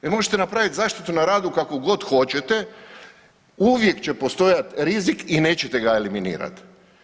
Jer možete napraviti zaštitu na radu kakvu god hoćete, uvijek će postojati rizik i nećete ga eliminirati.